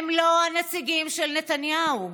לא הנציגים של נתניהו.